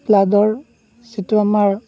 ব্লাডৰ যিটো আমাৰ